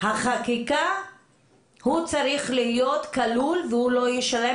החקיקה צריך להיות כלול והוא לא ישלם,